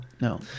No